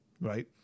Right